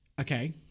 okay